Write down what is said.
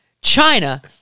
China